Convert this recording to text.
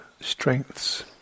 strengths